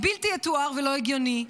הבלתי-יתואר והלא-הגיוני,